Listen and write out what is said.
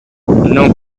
non